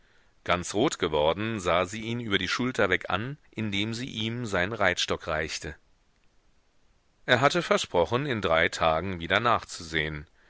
ganz rot geworden sah sie ihn über die schulter weg an indem sie ihm seinen reitstock reichte er hatte versprochen in drei tagen wieder nachzusehen